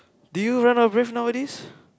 do you run out of breath nowadays